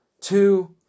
two